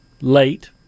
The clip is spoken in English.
late